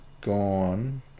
gone